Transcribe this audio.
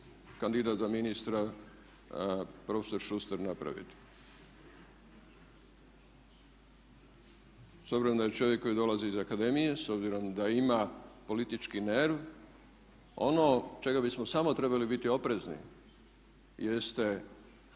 kandidat za ministra profesor Šuster napraviti. S obzirom da je čovjek koji dolazi iz akademije, s obzirom da ima politički nerv, ono čega bismo samo trebali biti oprezni jeste